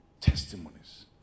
Testimonies